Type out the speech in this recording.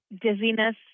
Dizziness